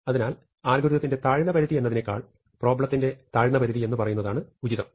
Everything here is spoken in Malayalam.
അതിനാൽ അൽഗോരിതത്തിന്റെ താഴ്ന്ന പരിധി എന്നതിനേക്കാൾ പ്രോബ്ലെത്തിന്റെ താഴ്ന്നപരിധി എന്ന് പറയുന്നതാണ് ഉചിതം